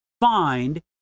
find